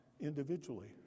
individually